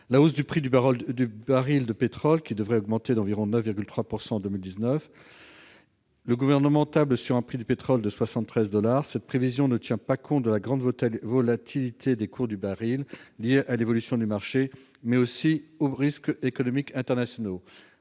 la hausse du prix du baril de pétrole, qui devrait augmenter d'environ 9,3 % en 2019. Le Gouvernement table sur un prix du pétrole de 73 dollars par baril. Cette prévision ne tient pas compte de la grande volatilité des cours du baril liés à l'évolution du marché, mais aussi aux risques économiques internationaux.